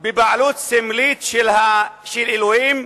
בבעלות סמלית של אלוהים,